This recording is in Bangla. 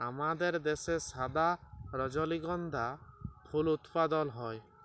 আমাদের দ্যাশে সাদা রজলিগন্ধা ফুল উৎপাদল হ্যয়